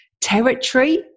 Territory